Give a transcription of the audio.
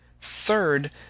Third